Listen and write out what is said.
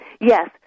Yes